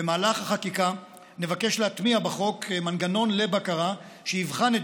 במהלך החקיקה נבקש להטמיע בחוק מנגנון לבקרה שיבחן את